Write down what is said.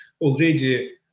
already